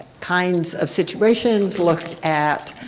kinds of situations look at